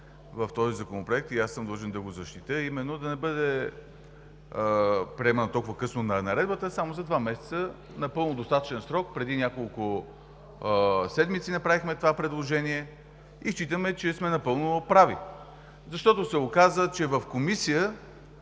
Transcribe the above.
в този законопроект и аз съм длъжен да го защитя, а именно да не бъде приемана толкова късно наредбата, а само за два месеца – напълно достатъчен срок. Преди няколко седмици направихме това предложение и считаме, че сме напълно прави. Вярно е, че на